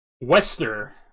Wester